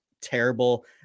terrible